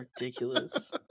ridiculous